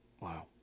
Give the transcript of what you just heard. Wow